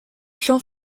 chant